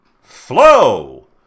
Flow